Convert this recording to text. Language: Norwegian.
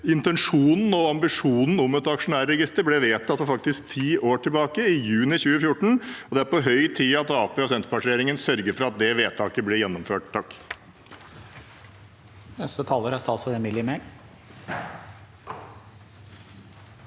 intensjonen og ambisjonen om et aksjonærregister ble vedtatt ti år tilbake, i juni 2014. Det er på høy tid at Arbeiderparti–Senterparti-regjeringen sørger for at det vedtaket blir gjennomført. Statsråd Emilie Mehl